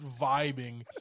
vibing